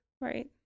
Right